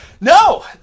No